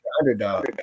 underdog